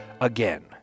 again